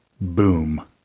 boom